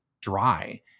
dry